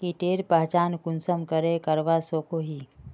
कीटेर पहचान कुंसम करे करवा सको ही?